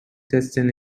testing